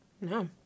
No